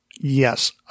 yes